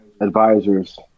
advisors